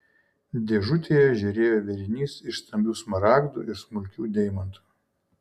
dėžutėje žėrėjo vėrinys iš stambių smaragdų ir smulkių deimantų